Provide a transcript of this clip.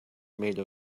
made